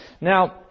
Now